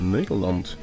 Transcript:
Nederland